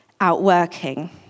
outworking